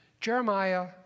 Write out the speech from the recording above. Jeremiah